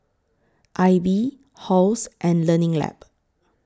AIBI Halls and Learning Lab